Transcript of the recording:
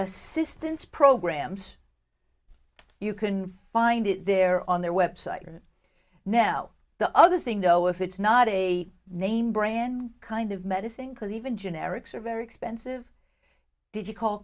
assistance programs you can find it there on their website now the other thing though if it's not a name brand kind of medicine because even generics are very expensive did you call